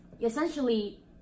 essentially